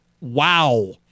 Wow